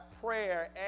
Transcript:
prayer